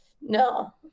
no